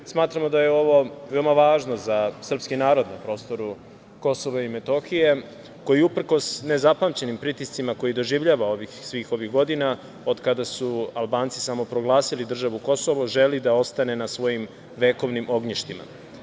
Smatramo da je ovo veoma važno za srpski narod na prostoru Kosova i Metohije, koji je uprkos nezapamćenim pritiscima koje doživljava svih ovih godina od kada su Albanci samoproglasili državu „Kosovo“, želi da ostane na svojim vekovnim ognjištima.